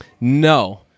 No